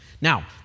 Now